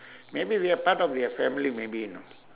maybe they are part of their family maybe you know